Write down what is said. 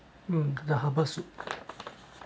mm the herbal soup